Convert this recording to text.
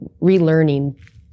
relearning